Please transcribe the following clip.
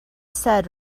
said